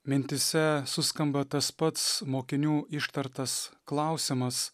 mintyse suskamba tas pats mokinių ištartas klausimas